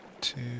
two